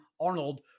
Arnold